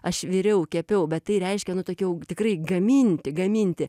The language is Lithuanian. aš viriau kepiau bet tai reiškia nu tokia jau tikrai gaminti gaminti